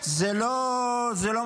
זה לא מפתיע.